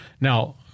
Now